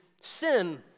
sin